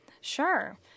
Sure